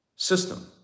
System